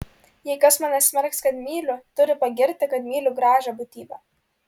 jei kas mane smerks kad myliu turi pagirti kad myliu gražią būtybę